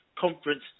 Conference